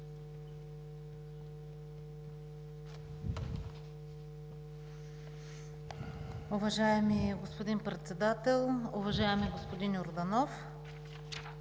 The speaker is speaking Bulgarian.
Уважаеми господин Председател! Уважаеми господин Йорданов,